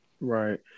Right